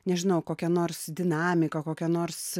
nežinau kokia nors dinamika kokia nors